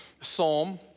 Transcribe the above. psalm